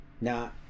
now